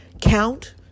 count